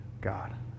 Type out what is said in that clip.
God